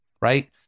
right